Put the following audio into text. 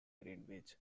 greenwich